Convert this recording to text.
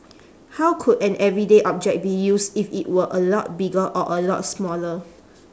how could an everyday object be used if it were a lot bigger or a lot smaller